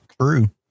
True